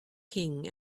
king